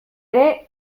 ere